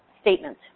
statement